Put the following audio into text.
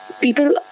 people